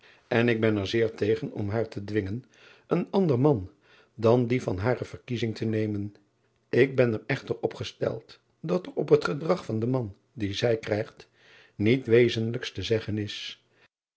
en ik ben er zeer tegen om haar te dwingen een ander man dan dien van hare verkiezing te nemen ik ben er echter op gesteld dat er op het gedrag van den man dien zij krijgt niets wezenlijks te zeggen is